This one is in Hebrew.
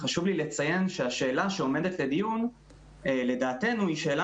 חשוב לי לציין שהשאלה שעומדת לדיון לדעתנו היא שאלה